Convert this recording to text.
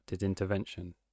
intervention